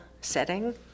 setting